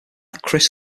chris